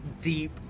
deep